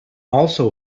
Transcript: also